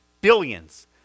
billions